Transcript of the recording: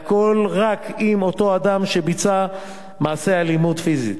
והכול רק אם אותו אדם ביצע מעשה אלימות פיזית,